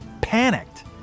panicked